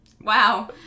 Wow